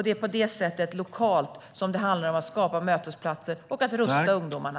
Det handlar om att lokalt skapa mötesplatser och att rusta ungdomarna.